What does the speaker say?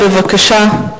בבקשה.